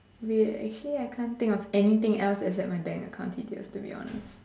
wait actually I can't think of anything else except my bank account details to be honest